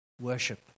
worship